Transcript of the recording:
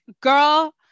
girl